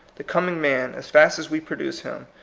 the com ing man, as fast as we produce him,